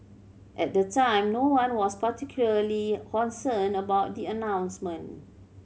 at the time no one was particularly concerned about the announcement